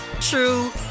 true